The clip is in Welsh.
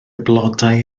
blodau